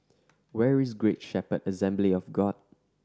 where is Great Shepherd Assembly of God